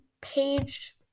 page